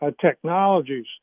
technologies